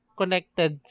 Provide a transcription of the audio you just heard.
connected